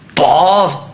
balls